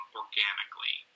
organically